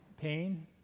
pain